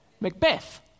Macbeth